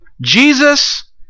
Jesus